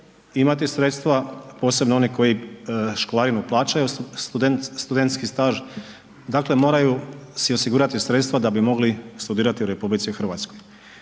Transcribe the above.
imati sredstva posebno oni koji školarinu plaćaju studentski staž, dakle moraju si osigurati sredstva da bi mogli studirati u RH. I taj zakon